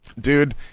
Dude